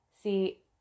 See